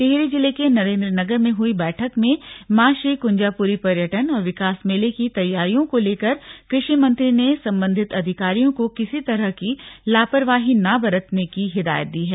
टिहरी जिले के नरेंद्रनगर में हुई बैठक में मां श्री कुंजापुरी पर्यटन और विकास मेले की तैयारियों को लेकर कृषि मंत्री ने संबंधित अधिकारियों को किसी तरह की लापरवाही न करने की हिदायत दी है